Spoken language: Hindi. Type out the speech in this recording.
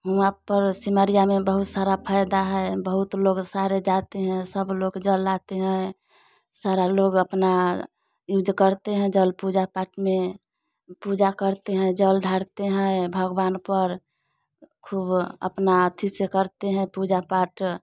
हुआ पर सिमरिया में बहुत सारा फायदा है बहुत लोग सारे जाते हैं सब लोग जल लाते हैं सारा लोग अपना यूज़ करते हैं जल पूजा पाठ में पूजा करते हैं जल धरते हैं भगवान पर खूब अपना अथी से करते हैं पूजा पाठ